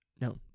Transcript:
no